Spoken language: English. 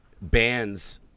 bands